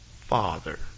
Father